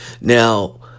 Now